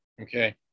okay